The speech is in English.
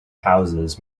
houses